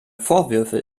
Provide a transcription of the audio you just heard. vorwürfe